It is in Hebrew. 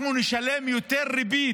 אנחנו נשלם יותר ריבית.